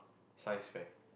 science fair